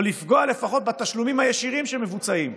או לפחות לפגוע בתשלומים הישירים שמבוצעים,